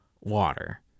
water